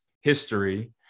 history